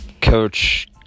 Coach